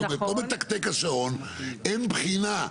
פה מתקתק השעון, אין בחינה,